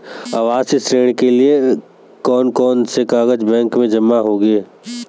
आवासीय ऋण के लिए कौन कौन से कागज बैंक में जमा होंगे?